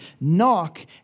Knock